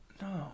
No